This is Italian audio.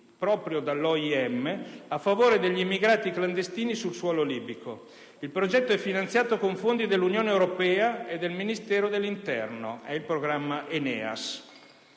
proprio dall'OIM, a favore degli immigrati clandestini sul suolo libico. Il progetto è finanziato con fondi dell'Unione europea e del Ministero dell'interno (programma Aeneas).